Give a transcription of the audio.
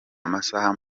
amasaha